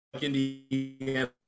Indiana